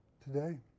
today